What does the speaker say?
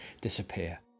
disappear